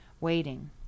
waiting